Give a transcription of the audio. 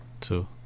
two